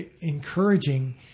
encouraging